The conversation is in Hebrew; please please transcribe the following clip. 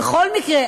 בכל מקרה,